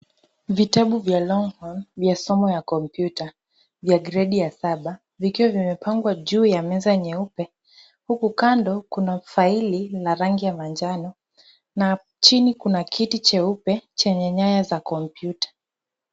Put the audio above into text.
Vitabu vya Longhorn vya somo ya komputa vya gredi ya saba vikiwa vimepangwa juu ya meza nyeupe. Huku kando kuna faili na rangi ya manjano na chini kuna kiti cheupe chenye nyaya za komputa .